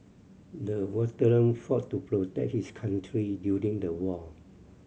the veteran fought to protect his country during the war